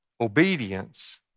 Obedience